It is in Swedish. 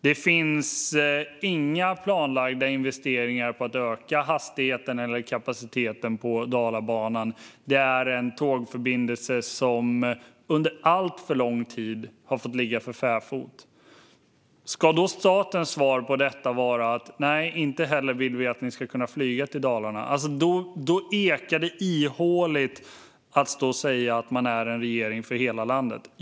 Det finns inga planlagda investeringar för att öka hastigheten eller kapaciteten på Dalabanan. Det är en tågförbindelse som under alltför lång tid har fått ligga för fäfot. Om statens svar på detta är att nej, inte heller vill vi att ni ska kunna flyga till Dalarna, ekar det ihåligt att stå och säga att man är en regering för hela landet.